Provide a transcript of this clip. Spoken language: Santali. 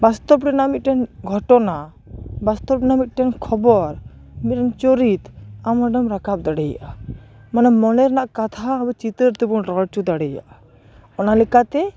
ᱵᱟᱥᱛᱚᱵ ᱨᱮᱱᱟᱜ ᱢᱤᱫᱴᱮᱱ ᱜᱷᱚᱴᱚᱱᱟ ᱵᱟᱥᱛᱚᱵ ᱨᱮᱱᱟᱜ ᱢᱤᱫᱴᱮᱱ ᱠᱷᱚᱵᱚᱨ ᱢᱤᱫ ᱪᱚᱨᱤᱛ ᱟᱢ ᱚᱸᱰᱮᱢ ᱨᱟᱠᱟᱵ ᱫᱟᱲᱮᱭᱟᱜᱼᱟ ᱢᱟᱱᱮ ᱢᱚᱱᱮ ᱨᱮᱱᱟᱜ ᱠᱟᱛᱷᱟ ᱟᱵᱚ ᱪᱤᱛᱟᱹᱨ ᱛᱮᱵᱚ ᱨᱚᱲ ᱚᱪᱚ ᱫᱟᱲᱮᱭᱟᱜᱼᱟ ᱚᱱᱟ ᱞᱮᱠᱟᱛᱮ